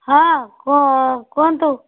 ହଁ କୁହନ୍ତୁ